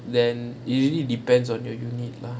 then it really depends on your unit lah